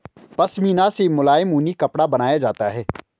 पशमीना से मुलायम ऊनी कपड़ा बनाया जाता है